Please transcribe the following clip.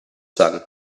son